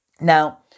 Now